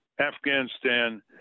Afghanistan